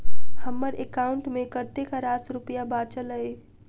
हम्मर एकाउंट मे कतेक रास रुपया बाचल अई?